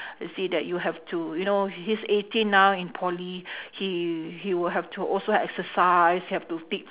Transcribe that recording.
you see that you have to you know he's eighteen now in poly he he will have to also exercise have to ti~